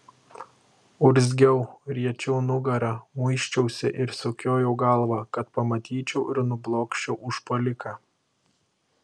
urzgiau riečiau nugarą muisčiausi ir sukiojau galvą kad pamatyčiau ir nublokščiau užpuoliką